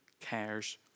cares